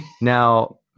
Now